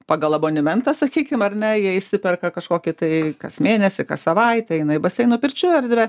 pagal abonementą sakykim ar ne jie išsiperka kažkokį tai kas mėnesį kas savaitę eina į baseinų pirčių erdvę